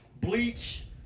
Bleach